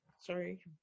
Sorry